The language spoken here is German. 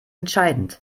entscheidend